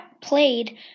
played